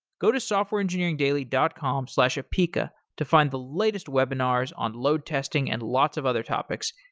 go to softwareengineeringdaily dot com slash apica to find the latest webinars on load testing and lots of other topics,